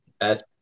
at-